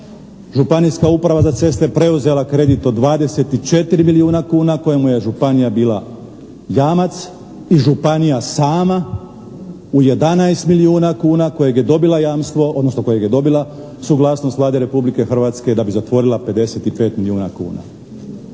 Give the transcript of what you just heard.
Županijska uprava za ceste preuzela kredit od 24 milijuna kuna kojemu je županija bila jamac, i županija sama u 11 milijuna kuna kojeg je dobila jamstvo, odnosno kojeg je dobila suglasnost Vlade Republike Hrvatske da bi zatvorila 55 milijuna kuna.